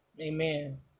Amen